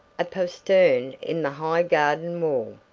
a postern in the high garden wall.